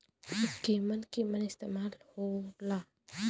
उव केमन केमन इस्तेमाल हो ला?